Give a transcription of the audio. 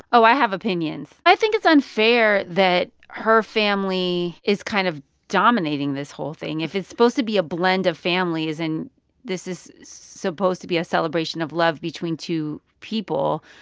oh, i have opinions. i think it's unfair that her family is kind of dominating this whole thing. if it's supposed to be a blend of families and this is supposed to be a celebration of love between two people,